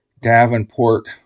Davenport